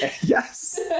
Yes